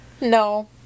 no